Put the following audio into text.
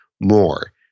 more